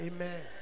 Amen